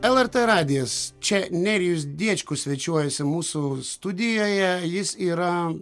lrt radijas čia nerijus diečkus svečiuojasi mūsų studijoje jis yra